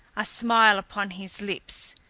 a smile upon his lips,